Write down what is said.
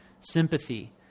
sympathy